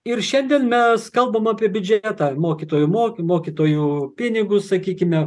ir šiandien mes kalbam apie biudžetą mokytojų moky mokytojų pinigus sakykime